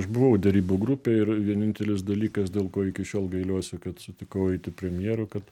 aš buvau derybų grupėj ir vienintelis dalykas dėl ko iki šiol gailiuosi kad sutikau eiti premjeru kad